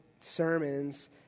sermons